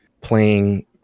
playing